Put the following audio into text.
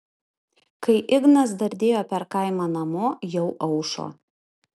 kai ignas dardėjo per kaimą namo jau aušo